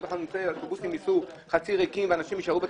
אז האוטובוסים ייסעו חצי ריקים ואנשים יישארו בתחנות.